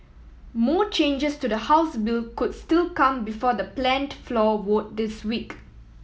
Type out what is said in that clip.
more changes to the House bill could still come before the planned floor vote this week